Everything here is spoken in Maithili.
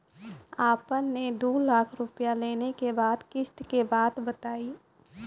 आपन ने दू लाख रुपिया लेने के बाद किस्त के बात बतायी?